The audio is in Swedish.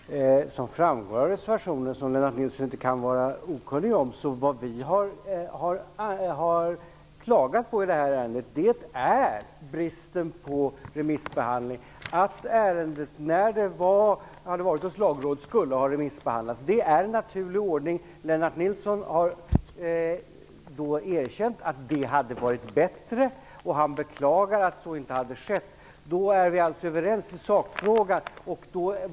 Herr talman! Som framgår av reservationen, som Lennart Nilsson inte kan vara okunnig om, har vi klagat på bristen på remissbehandling. När ärendet hade varit hos Lagrådet borde det ha remissbehandlats. Det är en naturlig ordning. Lennart Nilsson har erkänt att det hade varit bättre, och han beklagar att så inte har skett. Då är vi alltså överens i sakfrågan.